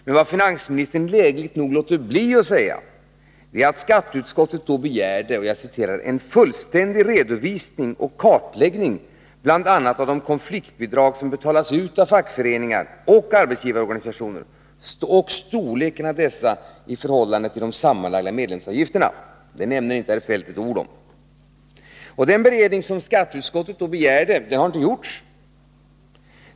Men vad finansministern lägligt nog låter bli att säga är att skatteutskottet då begärde ”en fullständig redovisning och kartläggning bl.a. av de konfliktbidrag som betalas ut av fackföreningar och arbetsgivarorganisationer och storleken av dessa i förhållande till de sammanlagda medlemsavgifterna”. Detta nämner inte herr Feldt ett ord om. Den beredning som skatteutskottet då begärde har inte gjorts.